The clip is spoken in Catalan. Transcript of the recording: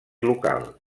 local